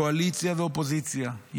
קואליציה ואופוזיציה,